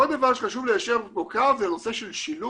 עוד דבר שחשוב ליישר בו קו זה הנושא של שילוב.